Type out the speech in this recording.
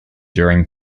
during